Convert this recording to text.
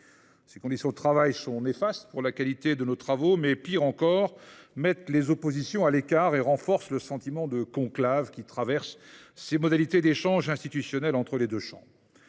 Ces conditions de travail sont néfastes pour la qualité de nos débats. Pis encore, elles mettent les oppositions à l’écart et renforcent le sentiment de conclave que donnent ces modalités d’échanges institutionnels entre les deux chambres.